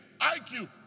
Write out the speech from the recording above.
IQ